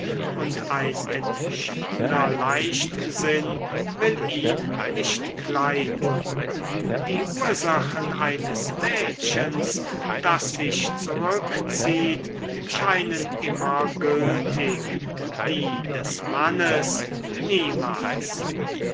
und ein entschiedener leichtsinn will ihn nicht kleiden die ursachen eines mädchens das sich zurückzieht scheinen immer gültig die des mannes niemals